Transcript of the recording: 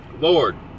Lord